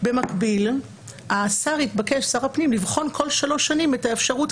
במקביל שר הפנים יתבקש לבחון כל שלוש שנים את האפשרות